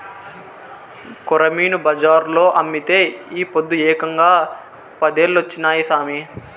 కొరమీను బజార్లో అమ్మితే ఈ పొద్దు ఏకంగా పదేలొచ్చినాయి సామి